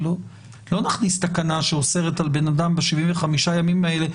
לא נכניס תקנה שאוסרת על בן אדם ב-75 הימים האלה.